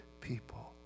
people